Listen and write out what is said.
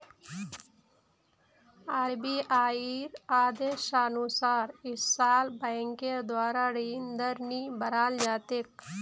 आरबीआईर आदेशानुसार इस साल बैंकेर द्वारा ऋण दर नी बढ़ाल जा तेक